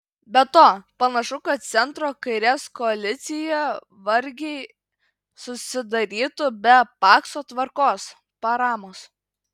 be to panašu kad centro kairės koalicija vargiai susidarytų be pakso tvarkos paramos